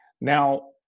Now